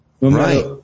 right